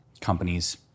companies